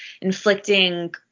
inflicting